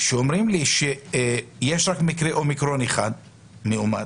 שאומרים לי שיש רק מקרה אומיקרון אחד מאומת,